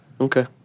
okay